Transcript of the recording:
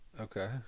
Okay